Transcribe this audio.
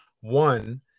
one